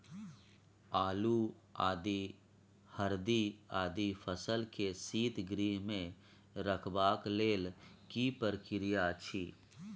आलू, आदि, हरदी आदि फसल के शीतगृह मे रखबाक लेल की प्रक्रिया अछि?